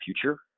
future